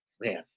man